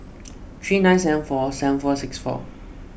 three nine seven four seven four six four